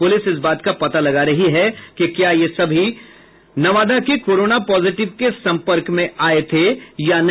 police इस बात का पता लगा रही है कि क्या ये सभी लोग नवादा के कोरोना पॉजिटिव के संपर्क में आये थे या नहीं